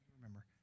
Remember